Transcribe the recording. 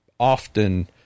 Often